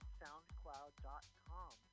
soundcloud.com